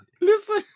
listen